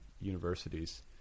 universities